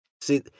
See